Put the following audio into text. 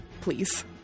please